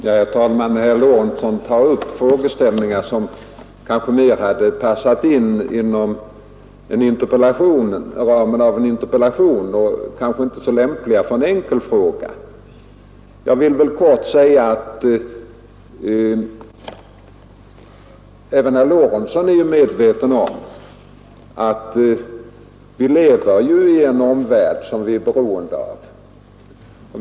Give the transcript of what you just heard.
Herr talman! Herr Lorentzon tar här upp frågeställningar som kanske hade passat bättre inom ramen för en interpellation. De är inte så lämpliga i samband med en enkel fråga. Helt kort vill jag dock säga att även herr Lorentzon ju är medveten om att vi lever i en omvärld som vi är beroende av.